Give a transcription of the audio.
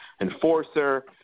enforcer